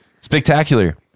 Spectacular